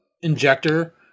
injector